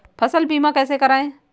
फसल बीमा कैसे कराएँ?